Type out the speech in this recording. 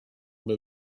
porn